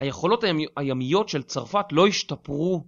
היכולות הימיות של צרפת לא השתפרו